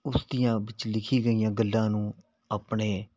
ਉਸ ਦੀਆਂ ਵਿੱਚ ਲਿਖੀ ਗਈਆਂ ਗੱਲਾਂ ਨੂੰ ਆਪਣੇ